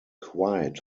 quiet